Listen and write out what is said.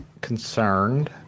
concerned